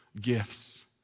gifts